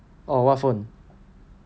oh what phone